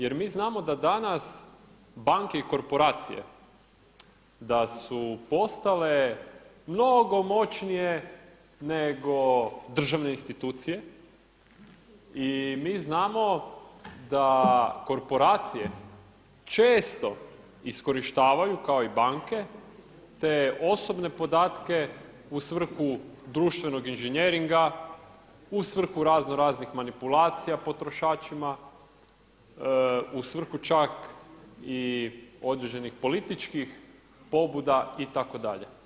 Jer mi znamo da danas banke i korporacije da su postale mnogo moćnije nego državne institucije i mi znamo da korporacije često iskorištavaju kao i banke te osobne podatke u svrhu društvenog inženjeringa, u svrhu razno raznih manipulacija potrošačima, u svrhu čak i određenih političkih pobuda itd.